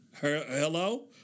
Hello